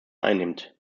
einnimmt